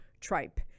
tripe